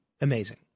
amazing